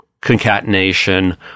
concatenation